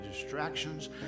distractions